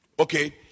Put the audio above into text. Okay